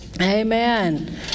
Amen